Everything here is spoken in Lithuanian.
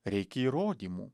reikia įrodymų